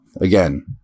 Again